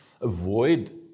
avoid